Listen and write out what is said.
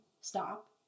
stop